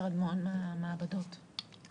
בזמנו מסרנו את חוות-הדעת המקצועית